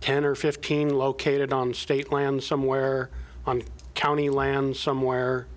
ten or fifteen located on state land somewhere on county land somewhere